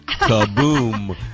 Kaboom